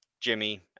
Jimmy